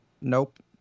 Nope